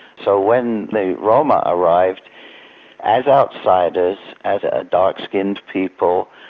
so when the roma arrived as outsiders, as a dark-skinned people,